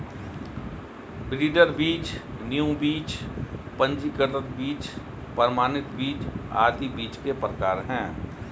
breeder बीज, नींव बीज, पंजीकृत बीज, प्रमाणित बीज आदि बीज के प्रकार है